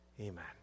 Amen